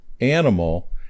animal